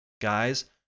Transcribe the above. guys